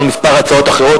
יש לנו כמה הצעות אחרות.